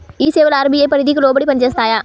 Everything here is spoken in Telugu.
ఈ సేవలు అర్.బీ.ఐ పరిధికి లోబడి పని చేస్తాయా?